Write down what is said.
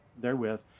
Therewith